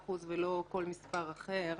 25% ולא כל מספר אחר.